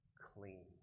clean